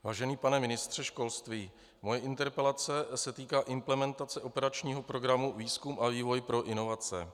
Vážený pane ministře školství, moje interpelace se týká implementace operačního programu Výzkum a vývoj pro inovace.